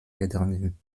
verdrängen